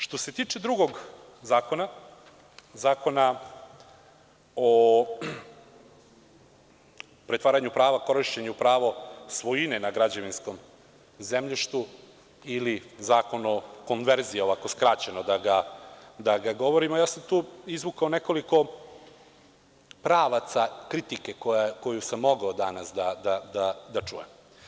Što se tiče drugog zakona, Zakona o pretvaranju prava korišćenja u pravo svojine na građevinskom zemljištu ili Zakon o konverziji, ovako skraćeno da ga nazovem, izvukao sam nekoliko pravaca kritike koje sam mogao danas da čujem.